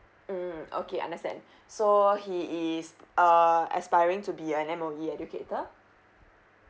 mm okay understand so he is err aspiring to be an M_O_E educator